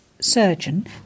Surgeon